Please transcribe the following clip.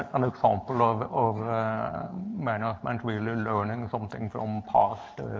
an example of of management really learning something from the past.